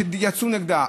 שיצאו נגדה,